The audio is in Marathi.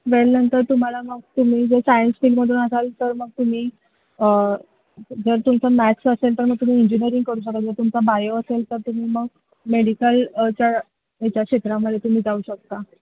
वेल नंतर तुम्हाला मग तुम्ही जर सायन्स फील्डमधून असाल तर मग तुम्ही जर तुमचं मॅथ्स असेल तर मग तुम्ही इंजिनिअरिंग करू शकता जर तुमचा बायो असेल तर तुम्ही मग मेडिकलच्या याच्या क्षेत्रामध्ये तुम्ही जाऊ शकता